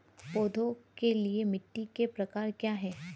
पौधों के लिए मिट्टी के प्रकार क्या हैं?